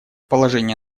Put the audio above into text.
положение